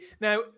Now